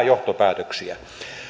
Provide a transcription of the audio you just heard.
johtopäätöksiä